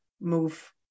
move